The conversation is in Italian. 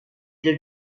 del